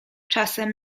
czasem